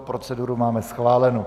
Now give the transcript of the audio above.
Proceduru máme schválenu.